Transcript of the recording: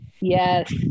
yes